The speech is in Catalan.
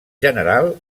general